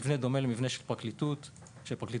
שהוא דומה למבנה של פרקליטות מחוז.